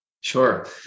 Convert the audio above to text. Sure